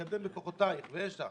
לקדם בכוחותייך, ויש לך,